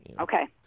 Okay